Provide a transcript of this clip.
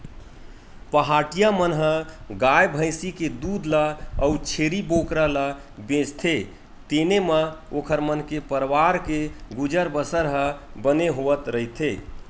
पहाटिया मन ह गाय भइसी के दूद ल अउ छेरी बोकरा ल बेचथे तेने म ओखर मन के परवार के गुजर बसर ह बने होवत रहिथे